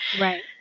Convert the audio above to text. Right